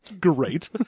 Great